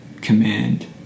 command